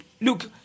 Look